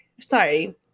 sorry